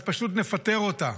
אז פשוט נפטר אותה,